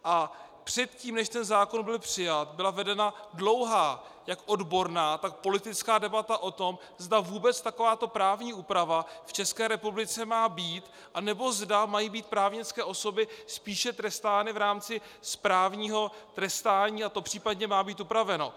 A předtím, než ten zákon byl přijat, byla vedena dlouhá jak odborná, tak politická debata o tom, zda vůbec takováto právní úprava v České republice má být, anebo zda mají být právnické osoby trestány spíše v rámci správního trestání a to případně má být upraveno.